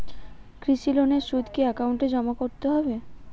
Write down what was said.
কৃষি লোনের সুদ কি একাউন্টে জমা করতে হবে?